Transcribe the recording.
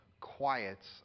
quiets